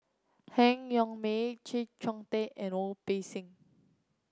Han Yong May Chee Kong Tet and Wu Peng Seng